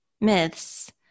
myths